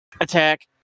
attack